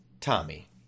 tommy